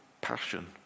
passion